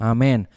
Amen